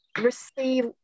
receive